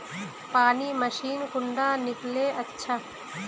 पानी मशीन कुंडा किनले अच्छा?